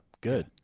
good